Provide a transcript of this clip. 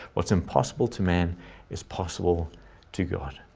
what's impossible to man is possible to god.